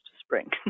spring